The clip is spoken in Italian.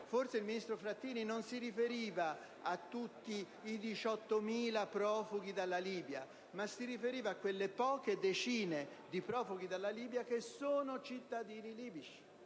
Forse il ministro Frattini non si riferiva a tutti i 18.000 profughi dalla Libia ma a quelle poche decine di profughi che sono cittadini libici